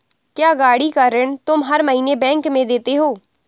क्या, गाड़ी का ऋण तुम हर महीने बैंक में देते हो?